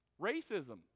Racism